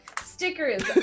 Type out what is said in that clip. Stickers